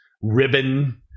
ribbon